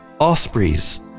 ospreys